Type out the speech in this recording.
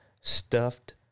stuffed